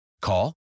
Call